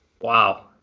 wow